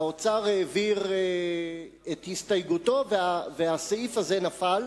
האוצר העביר את הסתייגותו והסעיף הזה נפל.